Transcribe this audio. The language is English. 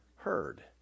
Heard